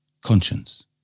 conscience